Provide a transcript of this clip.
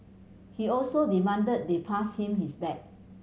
he also demanded they pass him his bag